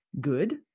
good